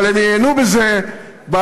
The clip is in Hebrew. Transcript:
אבל הם ייהנו מזה בעתיד,